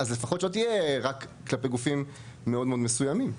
ולפחות היא לא תהיה רק כלפי גופים מאוד מסוימים.